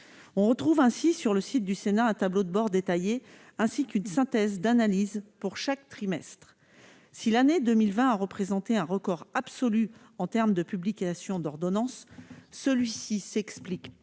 on retrouve ainsi sur le site du Sénat, un tableau de bord détaillé, ainsi qu'une synthèse d'analyse pour chaque trimestre si l'année 2020 a représenté un record absolu en termes de publications d'ordonnance, celui-ci s'explique